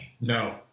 No